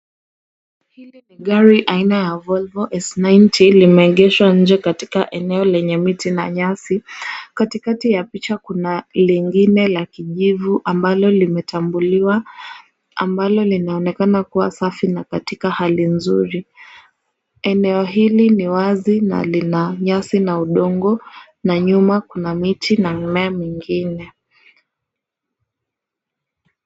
Hili ni gari aina ya Volvo S90 limeegeshwa nje katika eneo lenye miti na nyasi, katikati ya picha kuna lengine la kijivu ambalo limetambuliwa ambalo linaonekana kuwa safi na katika hali nzuri. Eneo hili ni wazi na lina nyasi na udongo na nyuma kuna miti na mimea mingine.